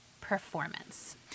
performance